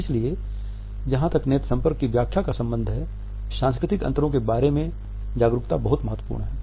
इसलिए जहां तक नेत्र संपर्क की व्याख्या का संबंध है सांस्कृतिक अंतरों के बारे में जागरूकता बहुत महत्वपूर्ण है